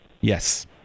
Yes